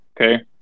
okay